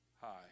Hi